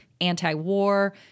anti-war